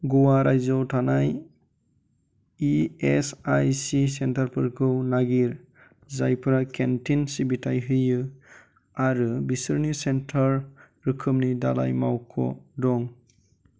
गवा रायजोआव थानाय E S I C सेन्टारफोरखौ नागिर जायफोरा केन्टिन सिबिथाय होयो आरो बिसोरनि सेन्टार रोखोमनि दालाइ मावख' दं